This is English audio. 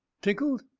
tickled?